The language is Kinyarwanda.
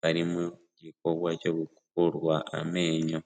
bari mu gikorwa cyo gukurwa amenyo.